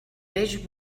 peix